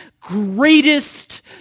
greatest